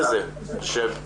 זה קודם כל כאדם.